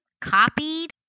copied